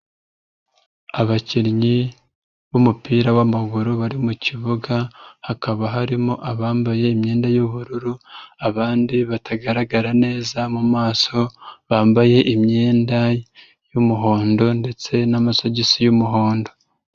Abakinnyi b'umupira w'amaguru bari mu kibuga, hakaba harimo abambaye imyenda y'ubururu, abandi batagaragara neza mu maso bambaye imyenda y'umuhondo ndetse n'amasogisi y'umuhondo.